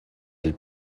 del